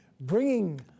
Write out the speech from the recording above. Bringing